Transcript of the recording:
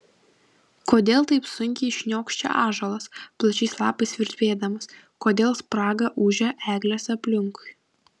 kodėl taip sunkiai šniokščia ąžuolas plačiais lapais virpėdamas kodėl spraga ūžia eglės aplinkui